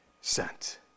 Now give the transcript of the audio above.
sent